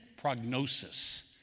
prognosis